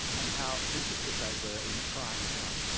and how interested they were in trying it out.